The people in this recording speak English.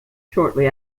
shortly